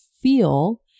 feel